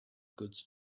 goods